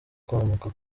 kwambuka